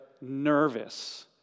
nervous